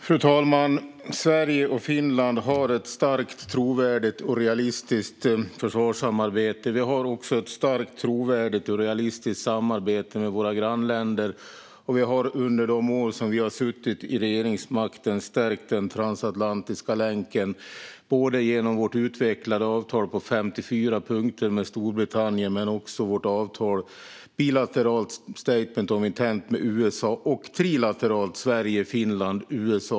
Fru talman! Sverige och Finland har ett starkt, trovärdigt och realistiskt försvarssamarbete. Vi har också ett starkt, trovärdigt och realistiskt samarbete med våra grannländer. Under de år då vi har suttit vid regeringsmakten har vi också stärkt den transatlantiska länken. Det har vi gjort genom vårt utvecklade avtal på 54 punkter med Storbritannien, vårt bilaterala avtal med USA - Statement of Intent - och vårt trilaterala avtal mellan Sverige, Finland och USA.